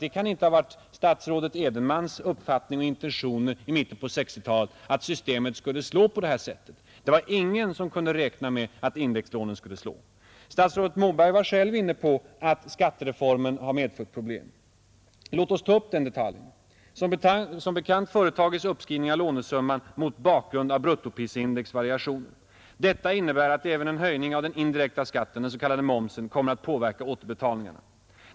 Det kan inte ha varit statsrådet Edenmans uppfattning och intention i mitten av 1960-talet att systemet skulle slå på det här sättet. Det var ingen som kunde räkna med att indexlånen skulle slå så. Statsrådet Moberg var själv inne på att skattereformen har medfört problem. Låt oss ta upp den detaljen! Som bekant företas uppskrivning av lånesumman mot bakgrund av bruttoprisindex variationer. Detta innebär att även en höjning av den indirekta skatten, den s.k. momsen, kommer att påverka återbetalningarna.